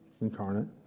incarnate